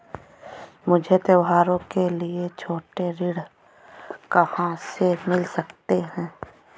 मुझे त्योहारों के लिए छोटे ऋण कहाँ से मिल सकते हैं?